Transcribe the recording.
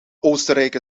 oostenrijk